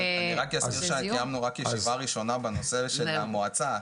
אני רק אזכיר שקיימנו רק ישיבה ראשונה בנושא של המועצה.